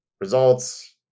Results